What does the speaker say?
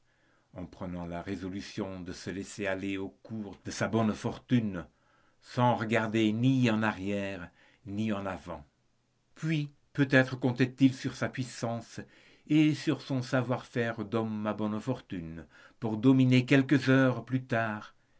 en prenant la résolution de se laisser aller au cours de sa bonne fortune sans regarder ni en arrière ni en avant puis peut-être comptait-il sur sa puissance et sur son savoir-faire d'homme à bonnes fortunes pour dominer quelques heures plus tard